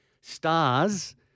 stars